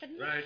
Right